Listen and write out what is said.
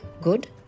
Good